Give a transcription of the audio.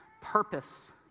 purpose